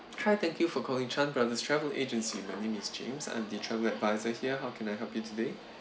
hi thank you for calling Chan brothers travel agency my name is james I'm the travel adviser here how can I help you today